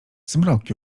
zmrok